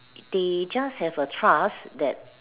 they just have a trust that